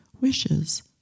wishes